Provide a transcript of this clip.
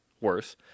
worse